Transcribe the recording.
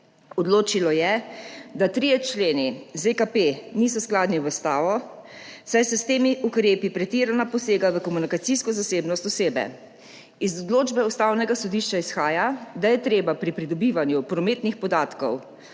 Odločilo je, da trije členi ZKP niso skladni z ustavo, saj se s temi ukrepi pretirano posega v komunikacijsko zasebnost osebe. Iz odločbe Ustavnega sodišča izhaja, da je treba pri pridobivanju prometnih podatkov